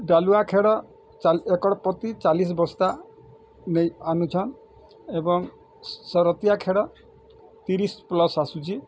ଡାଲୁଆ ଖେଡ଼ ଏକର ପତି ଚାଲିସ୍ ବସ୍ତା ନେଇଁଆନୁଛନ୍ ଏବଂ ସରତିଆ ଖେଡ଼ ତିରିଶି ପ୍ଲସ୍ ଆସୁଚି